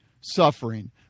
suffering